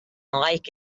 like